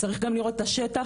צריך גם לראות את השטח,